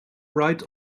right